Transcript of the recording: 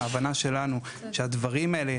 ההבנה שלנו היא שבדברים האלה,